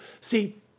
See